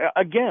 Again